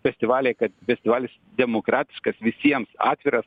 festivalyje kad festivalis demokratiškas visiems atviras